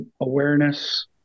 awareness